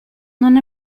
non